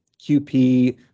QP